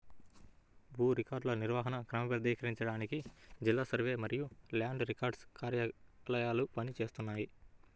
భూ రికార్డుల నిర్వహణను క్రమబద్ధీకరించడానికి జిల్లా సర్వే మరియు ల్యాండ్ రికార్డ్స్ కార్యాలయాలు పని చేస్తున్నాయి